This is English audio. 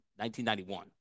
1991